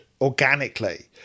organically